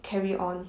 carry on